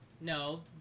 no